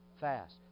fast